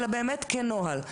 אלא באמת כנוהל.